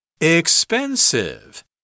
Expensive